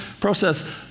Process